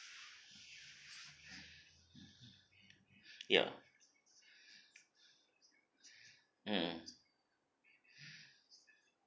ya mm mm